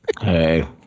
Hey